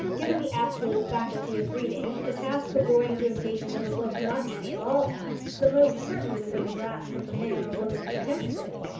given the absolute faculty of reading, the task of going through the pages of a book must be, of all tasks, the most certainly within the grasp of the man or woman who attempts it!